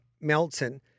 Melton